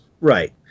Right